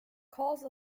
cause